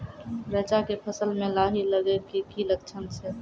रैचा के फसल मे लाही लगे के की लक्छण छै?